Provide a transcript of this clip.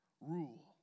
rule